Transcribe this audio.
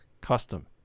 custom